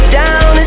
down